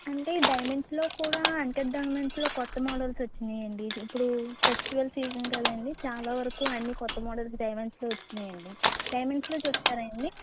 అంటే డైమండ్స్లో కూడా అన్కట్ డైమండ్స్లో కొత్త మోడల్స్ వచ్చాయండి ఇప్పుడూ ఫెస్టివల్ సీజన్ కదండి చాలా వరకు అన్ని కొత్త మోడల్స్ డైమండ్స్లో వచ్చాయండి డైమండ్స్లో చూస్తారాండి